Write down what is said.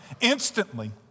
Instantly